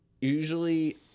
usually